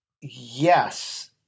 Yes